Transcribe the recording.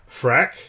Frack